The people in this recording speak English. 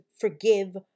forgive